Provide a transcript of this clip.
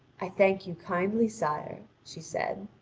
i thank you kindly, sire, she said.